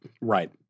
right